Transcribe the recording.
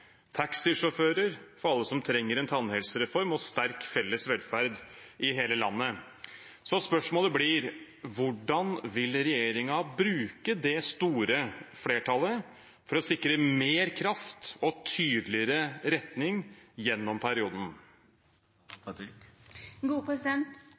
for alle som trenger en tannhelsereform og sterk felles velferd i hele landet. Så spørsmålet blir: Hvordan vil regjeringen bruke det store flertallet for å sikre mer kraft og tydeligere retning gjennom